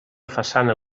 façana